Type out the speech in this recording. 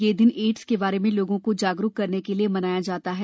यह दिन एड्स के बारे में लोगों को जागरूक करने के लिए मनाया जाता है